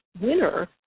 winner